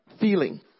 feeling